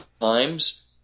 times